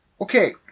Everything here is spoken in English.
okay